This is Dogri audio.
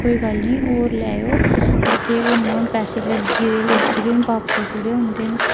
कोई गल्ल नेईं होर लैएओ केह् करना हून फ्ही पैसे लग्गिये लग्गी दे हून बापस थोह्ड़ी होंदे न